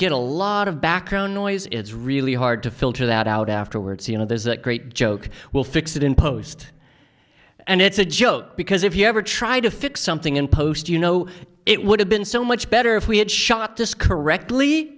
get a lot of background noise it's really hard to filter that out afterwards you know there's that great joke will fix it in post and it's a joke because if you ever try to fix something in post you know it would have been so much better if we had shot disk or rect